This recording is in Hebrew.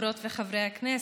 חברות וחברי הכנסת,